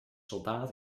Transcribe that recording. soldaat